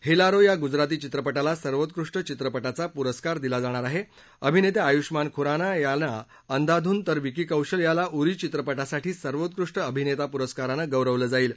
हल्लिरो या गुजराती चित्रपटाला सर्वोत्कृष्ट चित्रपटाचा पुरस्कार दिला जाणार आहा अभिनत्ताञायुष्यमान खुराना याला अंधाधुंन तर विकी कौशल याला उरी चित्रपटासाठी सर्वोत्कृष्ट अभिनस्त्री पुरस्कारानं गौरवलं जाईल